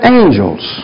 angels